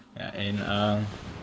ya and err